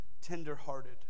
Tender-hearted